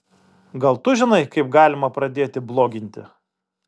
gal tu žinai kaip galima pradėti bloginti